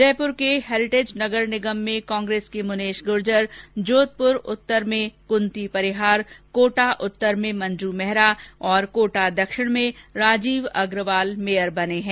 जयप्र के हेरिटेज नगर निगम में कांग्रेस की मुनेश गुर्जर जोधप्र उत्तर में कृंती परिहार कोटा उत्तर में मंजू मेहरा और कोटा दक्षिण में राजीव अग्रवाल मेयर बने हैं